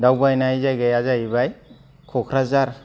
दावबायनाय जायगाया जाहैबाय क'क्राझार